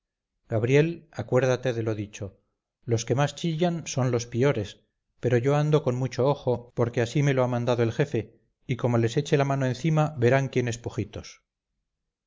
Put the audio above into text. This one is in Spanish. gabriel acuérdate de lo dicho los que más chillan son los piores pero yo ando con mucho ojo porque así me lo ha mandado el jefe y como les eche la mano encima verán quién es pujitos